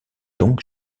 donc